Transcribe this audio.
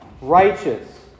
righteous